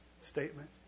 statement